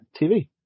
TV